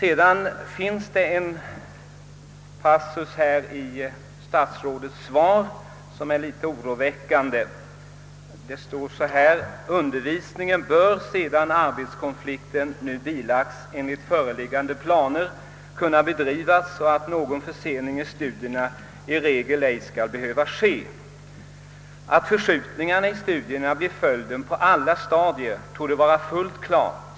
En passus i statsrådet svar finner jag något oroväckande: »Undervisningen bör, sedan arbetskonflikten nu bilagts, enligt föreliggande planer kunna bedrivas så att någon försening i studierna i regel ej skall behöva ske.» Att förskjutningar i studierna blir följden på alla stadier torde vara fullt klart.